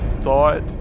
thought